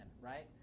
right